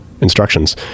instructions